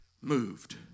Moved